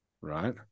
right